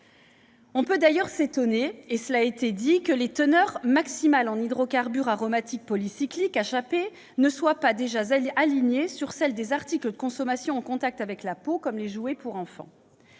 On peut d'ailleurs s'étonner que les teneurs maximales en hydrocarbures aromatiques polycycliques, les HAP, de ces terrains ne soient pas déjà alignées sur celles des articles de consommation en contact avec la peau, comme les jouets pour enfants.